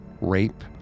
rape